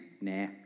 nah